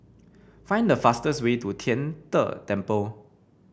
find the fastest way to Tian De Temple